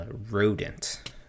rodent